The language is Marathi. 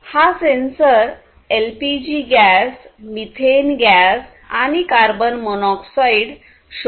हा सेन्सर एलपीजीगॅस मिथेन गॅस आणि कार्बन मोनॉक्साईड शोधतो